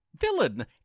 Villain